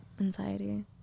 anxiety